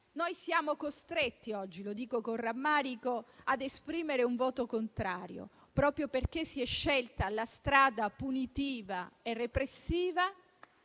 siamo costretti oggi - lo dico con rammarico - ad esprimere un voto contrario, proprio perché si è scelta la strada punitiva e repressiva,